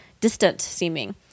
distant-seeming